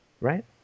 right